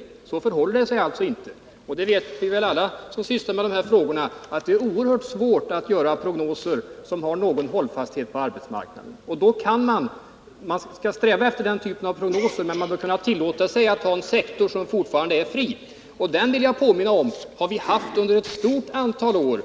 109 Det förhåller sig alltså inte så som Stig Alemyr hävdar, och alla som sysslar med de här frågorna vet väl att det är oerhört svårt att göra prognoser beträffande arbetsmarknaden som har någon hållfasthet. Man skall alltid sträva efter den typen av prognoser, men man bör tillåta sig att fortsätta ha en fri sektor. En sådan har vi — det vill jag påminna om — haft under ett stort antal år,